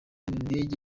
ndege